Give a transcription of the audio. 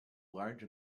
large